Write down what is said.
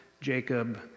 Jacob